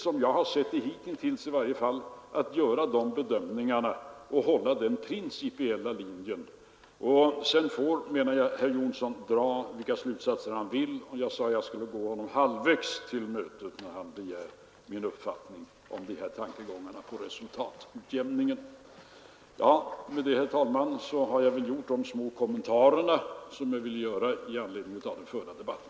Som jag har sett det hitintills i varje fall, är det riktigt att göra de bedömningarna och hålla den principiella linjen. Sedan får, menar jag, herr Jonsson dra vilka slutsatser han vill. Jag sade att jag skulle gå honom halvvägs till mötes när han begärde min syn på de här tankegångarna om resultatutjämningen. Med det, herr talman, har jag väl gjort de små kommentarer som jag vill göra med anledning av den förda debatten.